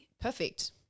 perfect